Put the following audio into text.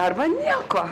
arba nieko